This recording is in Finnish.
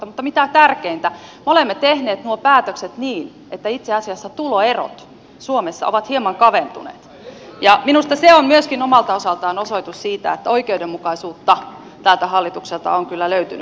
mutta mikä tärkeintä me olemme tehneet nuo päätökset niin että itse asiassa tuloerot suomessa ovat hieman kaventuneet ja minusta se on myöskin omalta osaltaan osoitus siitä että oikeudenmukaisuutta tältä hallitukselta on kyllä löytynyt